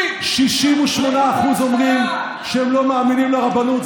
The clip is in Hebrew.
68% אומרים שהם לא מאמינים לרבנות.